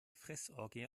fressorgie